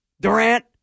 Durant